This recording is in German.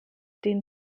den